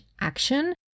action